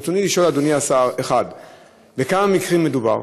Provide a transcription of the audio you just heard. ברצוני לשאול, אדוני השר: 1. בכמה מקרים מדובר?